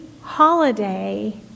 holiday